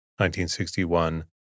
1961